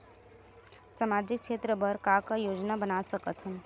सामाजिक क्षेत्र बर का का योजना बना सकत हन?